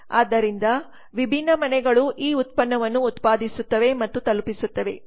ಆದ್ದರಿಂದ ವಿಭಿನ್ನ ಮನೆಗಳು ಈ ಉತ್ಪನ್ನವನ್ನು ಉತ್ಪಾದಿಸುತ್ತವೆ ಮತ್ತು ತಲುಪಿಸುತ್ತವೆ